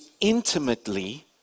intimately